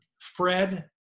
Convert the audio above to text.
Fred